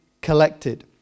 collected